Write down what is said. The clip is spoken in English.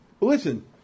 listen